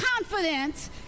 confidence